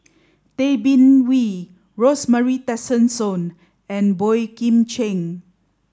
Tay Bin Wee Rosemary Tessensohn and Boey Kim Cheng